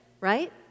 right